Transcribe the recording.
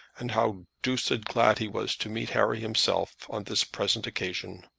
and how doosed glad he was to meet harry himself on this present occasion.